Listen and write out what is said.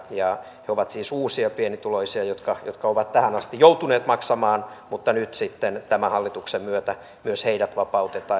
he ovat siis uusia pienituloisia jotka ovat tähän asti joutuneet maksamaan mutta nyt sitten tämän hallituksen myötä myös heidät vapautetaan